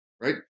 right